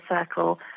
circle